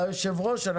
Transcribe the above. יפה.